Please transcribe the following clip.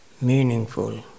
meaningful